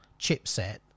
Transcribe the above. chipset